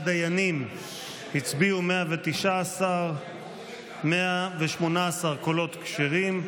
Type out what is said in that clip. דיינים הצביעו 119. 118 קולות כשרים.